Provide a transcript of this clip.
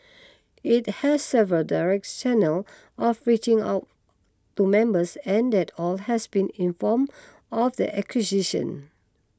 it has several direct channels of reaching out to members and that all has been informed of the acquisition